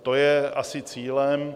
To je asi cílem.